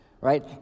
right